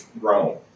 Rome